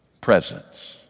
presence